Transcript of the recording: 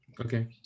Okay